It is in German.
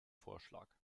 vorschlag